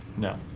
no,